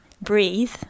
Breathe